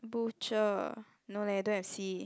butcher no leh don't have C